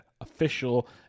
official